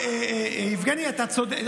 יבגני, אתה צודק.